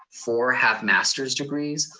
four have master's degrees,